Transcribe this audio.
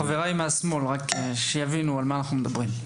חבריי מהשמאל, רק שיבינו על מה אנחנו מדברים.